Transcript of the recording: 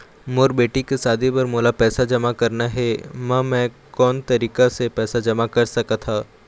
मोर बेटी के शादी बर मोला पैसा जमा करना हे, म मैं कोन तरीका से पैसा जमा कर सकत ह?